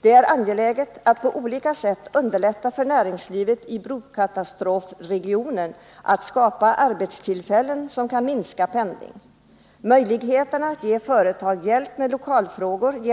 Det är angeläget att på olika sätt underlätta för näringslivet i brokatastrofregionen att skapa arbetstillfällen som kan minska behovet av pendling. Möjligheterna att genom att uppföra industrihus ge företag hjälp med lokalfrågor